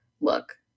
look